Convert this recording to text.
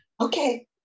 Okay